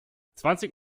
zwanzig